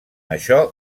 això